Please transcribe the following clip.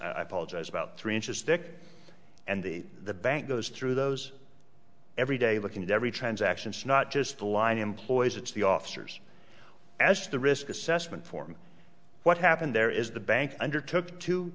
apologize about three inches thick and the the bank goes through those every day looking at every transactions not just the line employees it's the officers as the risk assessment form what happened there is the bank undertook to